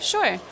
Sure